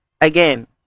Again